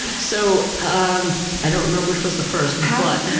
so um i don't remember which was the first. howdoyouget,